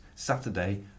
Saturday